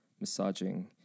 massaging